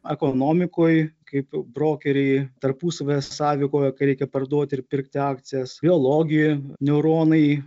ekonomikoj kaip brokeriai tarpusavyje sąveikauja kai reikia parduoti ir pirkti akcijas biologijoj neuronai